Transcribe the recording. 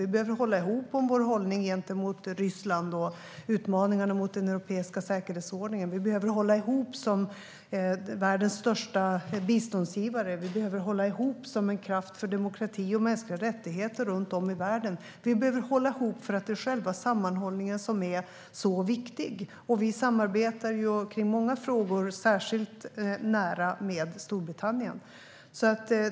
Vi behöver hålla ihop om vår hållning gentemot Ryssland och i utmaningarna i fråga om den europeiska säkerhetsordningen. Vi behöver hålla ihop som världens största biståndsgivare. Vi behöver hålla ihop som en kraft för demokrati och mänskliga rättigheter runt om i världen. Vi behöver hålla ihop eftersom det är själva sammanhållningen som är så viktig. Vi samarbetar i många frågor särskilt nära med Storbritannien.